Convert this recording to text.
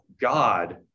God